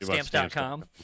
Stamps.com